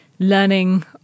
learning